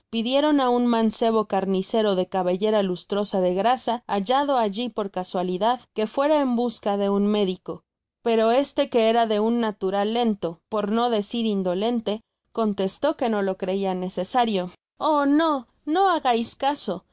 pidieron á un mancebo carnicero de cabellera lustrosa de grasa hallado alli por casualidad fuera en busca de un médico pero éste que era de un natural lento por no decir indolente contestó que no lo creia necesario t oh no no hagais caso